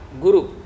Guru